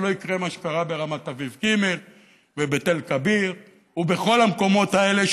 שלא יקרה מה שקרה ברמת אביב ג' ובתל כביר ובכל המקומות האלה,